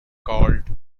called